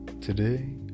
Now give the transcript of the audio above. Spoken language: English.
Today